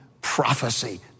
prophecy